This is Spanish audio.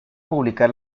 publicar